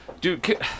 Dude